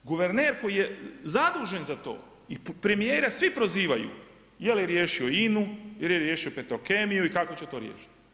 Guverner koji je zadužen za to i premijera svi prozivaju jeli riješio INA-u, jeli riješio Petrokemiju i kako će to riješiti.